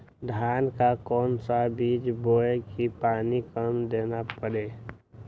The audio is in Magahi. धान का कौन सा बीज बोय की पानी कम देना परे?